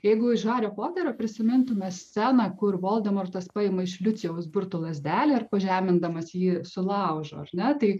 jeigu iš hario poterio prisimintume sceną kur voldemortas paima iš liucijaus burtų lazdelę ir pažemindamas jį sulaužo ar ne tai